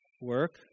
work